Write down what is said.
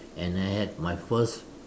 and I had my first